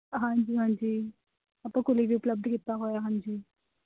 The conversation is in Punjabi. ਹਾਂਜੀ ਹਾਂਜੀ ਆਪਾਂ ਕੁਲੀ ਵੀ ਉਪਲੱਬਧ ਕੀਤਾ ਹੋਇਆ ਹਾਂਜੀ